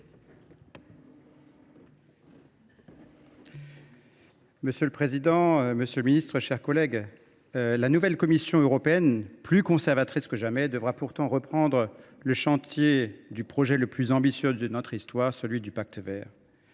Monsieur le président, monsieur le ministre, mes chers collègues, la nouvelle Commission, plus conservatrice que jamais, devra pourtant reprendre le chantier le plus ambitieux de notre histoire, celui du Pacte vert.